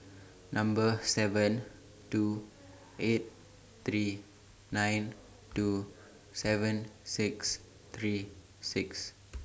Number seven two eight three nine two seven six three six